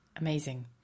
Amazing